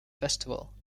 festival